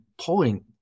point